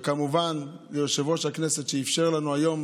וכמובן ליושב-ראש הכנסת שאפשר לנו היום,